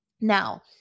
Now